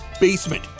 BASEMENT